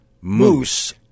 moose